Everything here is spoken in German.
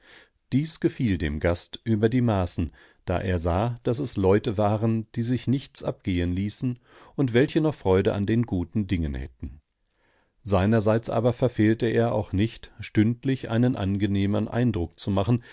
dies gefiel dem gast über die maßen da er sah daß es leute waren die sich nichts abgehen ließen und welche noch freude an den guten dingen hätten seinerseits aber verfehlte er auch nicht stündlich einen angenehmeren eindruck zu machen